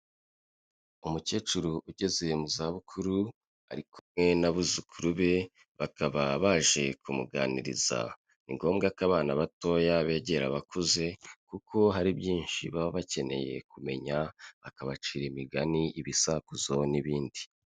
Umukecuru ugeze mu zabukuru, ari kumwe n'abuzukuru be bakaba baje kumuganiriza, ni ngombwa ko abana batoya begera abakuze kuko hari byinshi baba bakeneye kumenya, bakabacira imigani, ibisakuzo n'ibindi.